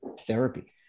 therapy